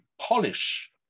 polish